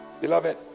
Beloved